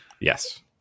yes